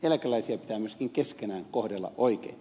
eläkeläisiä pitää myöskin keskenään kohdella oikein